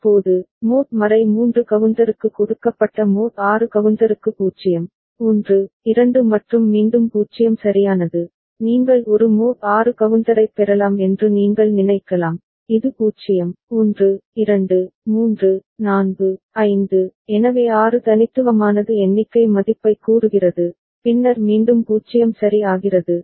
இப்போது மோட் 3 கவுண்டருக்கு கொடுக்கப்பட்ட மோட் 6 கவுண்டருக்கு 0 1 2 மற்றும் மீண்டும் 0 சரியானது நீங்கள் ஒரு மோட் 6 கவுண்டரைப் பெறலாம் என்று நீங்கள் நினைக்கலாம் இது 0 1 2 3 4 5 எனவே 6 தனித்துவமானது எண்ணிக்கை மதிப்பைக் கூறுகிறது பின்னர் மீண்டும் 0 சரி ஆகிறது